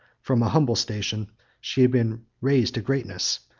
from an humble station she had been raised to greatness,